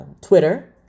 Twitter